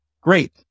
great